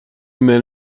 men